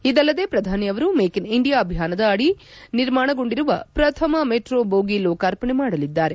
ಇದಲ್ಲದೆ ಪ್ರಧಾನಿ ಅವರು ಮೇಕ್ ಇನ್ ಇಂಡಿಯಾ ಅಭಿಯಾನದ ಅಡಿ ನಿರ್ಮಾಣಗೊಂಡಿರುವ ಪ್ರಥಮ ಮೆಟ್ರೋ ಬೋಗಿ ಲೋಕಾರ್ಪಣೆ ಮಾಡಲಿದ್ದಾರೆ